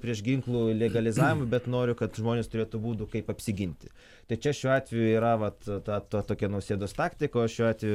prieš ginklų legalizavimą bet noriu kad žmonės turėtų būdų kaip apsiginti tai čia šiuo atveju yra vat ta to tokia nausėdos taktika o šiuo atveju